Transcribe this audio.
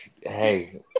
hey